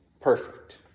Perfect